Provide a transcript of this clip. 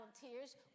volunteers